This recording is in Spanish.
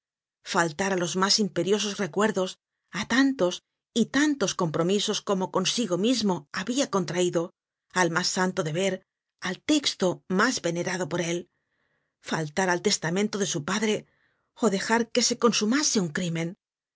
faltar á los mas imperiosos recuerdos á tantos y tantos compromisos como consigo mismo nabia contraido al mas santo deber al texto mas venerado por él faltar al testamento de su padre ó dejar que se consumase un crimen